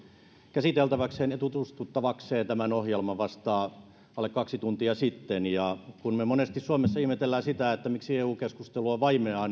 käsiteltäväkseen ja tutustuttavakseen tämän ohjelman vasta alle kaksi tuntia sitten me monesti suomessa ihmettelemme sitä miksi eu keskustelu on vaimeaa